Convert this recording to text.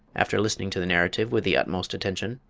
after listening to the narrative with the utmost attention,